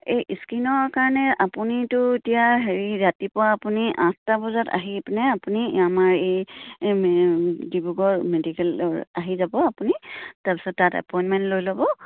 এই স্কিনৰ কাৰণে আপুনিতো এতিয়া হেৰি ৰাতিপুৱা আপুনি আঠটা বজাত আহি পিনে আপুনি আমাৰ এই ডিব্ৰুগড় মেডিকেললৈ আহি যাব আপুনি তাৰপিছত তাত এপইণ্টমেণ্ট লৈ ল'ব